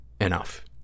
enough